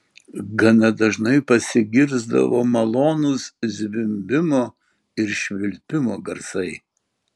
gana dažnai pasigirsdavo malonūs zvimbimo ir švilpimo garsai